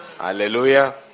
Hallelujah